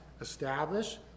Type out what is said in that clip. establish